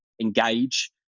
engage